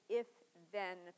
if-then